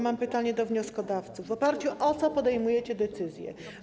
Mam pytanie do wnioskodawców: W oparciu o co podejmujecie decyzje?